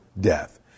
death